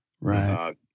right